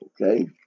Okay